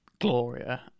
Gloria